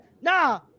Nah